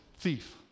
thief